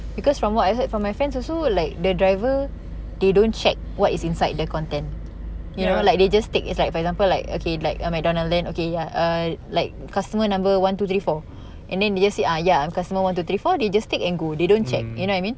mm